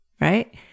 Right